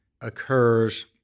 occurs